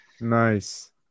Nice